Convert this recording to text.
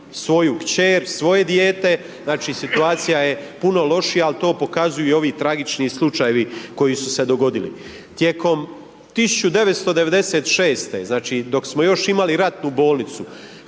svoju kćer, svoje dijete, znači, situacija je puno lošija, al to pokazuju i ovi tragični slučajevi koji su se dogodili. Tijekom 1996., znači, dok smo još imali ratnu bolnicu,